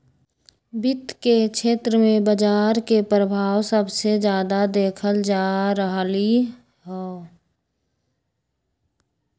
वित्त के क्षेत्र में बजार के परभाव सबसे जादा देखल जा रहलई ह